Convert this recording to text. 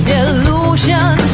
Delusion